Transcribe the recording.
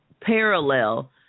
parallel